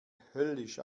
höllisch